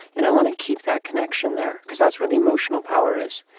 and i want to keep that connection there because that's where the emotional power is.